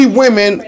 women